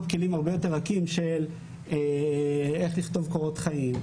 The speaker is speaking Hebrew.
כלים הרבה יותר רכים של איך לכתוב קורות חיים,